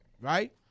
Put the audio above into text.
right